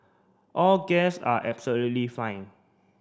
all guest are absolutely fine